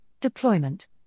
deployment